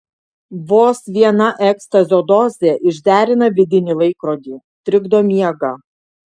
vos viena ekstazio dozė išderina vidinį laikrodį trikdo miegą